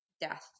death